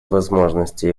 возможности